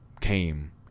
came